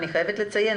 אני חייבת לציין,